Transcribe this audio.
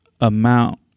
amount